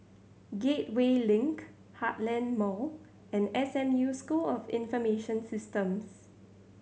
Gateway Link Heartland Mall and S M U School of Information Systems